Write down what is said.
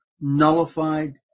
nullified